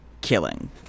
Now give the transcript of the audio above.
killing